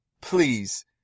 please